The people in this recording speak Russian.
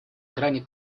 грани